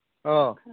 ꯑꯣ